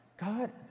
God